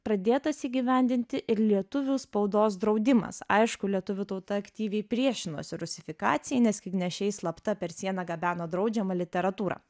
pradėtas įgyvendinti ir lietuvių spaudos draudimas aišku lietuvių tauta aktyviai priešinosi rusifikacijai nes knygnešiai slapta per sieną gabeno draudžiamą literatūrą